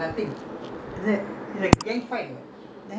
then where your you went back home how you rush home